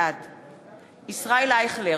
בעד ישראל אייכלר,